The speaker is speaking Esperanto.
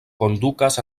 kondukas